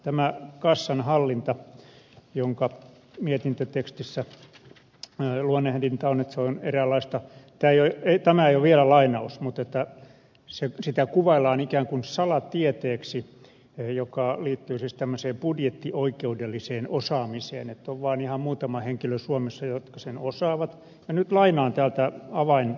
tämä kassanhallinta jota mietintötekstissä luonnehditaan eräänlaiseksi salatieteeksi tämä ei ole vielä lainausmutytär sen sitä kuvaillaan ikäänkuin salatieteeksi lainaus joka liittyy siis tämmöiseen budjettioikeudelliseen osaamiseen niin että on vaan ihan muutama henkilö suomessa jotka sen osaavat ja nyt lainaan täältä avainlauseen